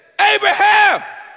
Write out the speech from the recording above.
Abraham